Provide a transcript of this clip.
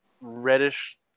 reddish